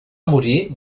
morir